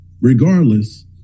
regardless